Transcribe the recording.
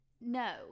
No